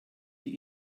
die